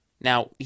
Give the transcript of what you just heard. Now